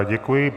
Děkuji.